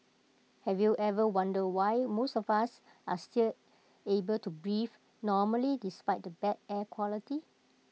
have you ever wondered why most of us are still able to breathe normally despite the bad air quality